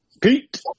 Pete